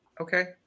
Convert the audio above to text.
okay